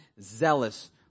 zealous